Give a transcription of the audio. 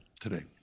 Today